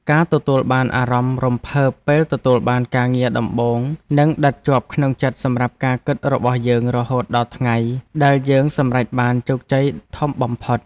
ការទទួលបានអារម្មណ៍រំភើបពេលទទួលបានការងារដំបូងនឹងដិតជាប់ក្នុងចិត្តសម្រាប់ការគិតរបស់យើងរហូតដល់ថ្ងៃដែលយើងសម្រេចបានជោគជ័យធំបំផុត។